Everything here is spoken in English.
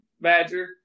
Badger